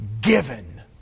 given